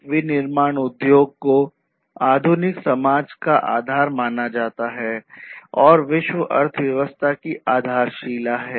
एक विनिर्माण उद्योग को आधुनिक औद्योगिक समाज का आधार माना जाता है और विश्व अर्थव्यवस्था की आधारशिला है